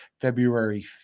February